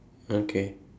okay